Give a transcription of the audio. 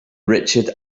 richard